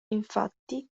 infatti